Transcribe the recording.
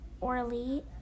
orly